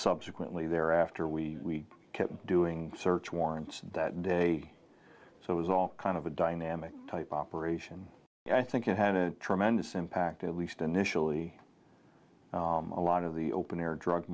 subsequently thereafter we kept doing search warrants that day so it was all kind of a dynamic type operation i think it had a tremendous impact at least initially a lot of the open air drug